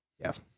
Yes